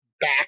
back